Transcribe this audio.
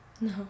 No